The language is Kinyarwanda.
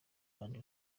kandi